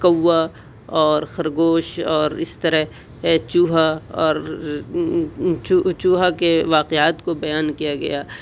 كوا اور خرگوش اور اس طرح چوہا اور چوہا کے واقعات کو بیان کیا گیا